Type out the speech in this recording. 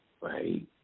right